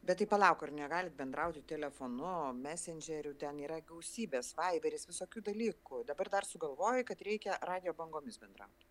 bet tai palauk ar negali bendrauti telefonu mesendžeriu ten yra gausybės vaiberis visokių dalykų dabar dar sugalvojai kad reikia radijo bangomis bendrauti